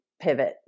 pivot